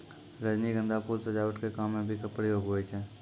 रजनीगंधा फूल सजावट के काम मे भी प्रयोग हुवै छै